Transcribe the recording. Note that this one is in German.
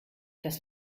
das